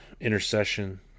intercession